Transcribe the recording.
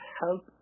help